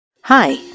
Hi